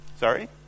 Sorry